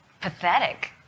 pathetic